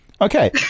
Okay